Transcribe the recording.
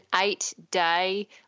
eight-day